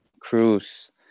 Cruz